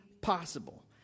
possible